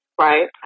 Right